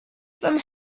from